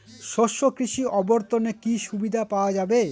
শস্য কৃষি অবর্তনে কি সুবিধা পাওয়া যাবে?